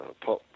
pop